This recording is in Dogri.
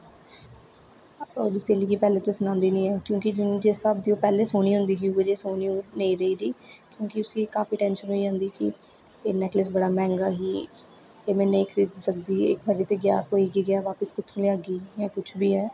ओह्दी स्हेली गी पैह्लें ते सनांदी निं ऐ क्योंकि जिस स्हाब दी ओह् पैह्लें सोहनी होंदी ही उ'ऐ जेही सोहनी हून नेईं रेही दी क्योंकि उसी काफी टेंशन होई जंदी कि एह् नेकलेस बड़ा मैहंगा ही एह् में नेईं खरीदी सकदी ऐ पेई ते गया खोई में बापस कुत्थूं लेई आह्गी ते कुछ बी ऐ